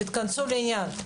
תתכנסו לעניין.